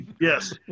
Yes